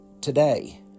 today